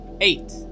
Eight